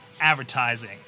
advertising